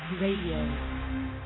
Radio